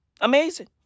Amazing